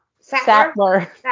Sattler